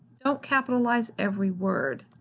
don't capitalize every word.